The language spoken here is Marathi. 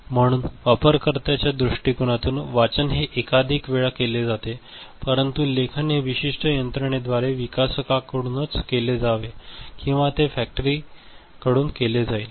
म्हणून वापरकर्त्याच्या दृष्टिकोनातून वाचन हे एकाधिक वेळा केले जाते परंतु लेखन हे विशिष्ट यंत्रणेद्वारे विकसकाकडूनच केले जावे किंवा ते फॅक्टरी केले जाईल